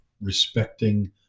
respecting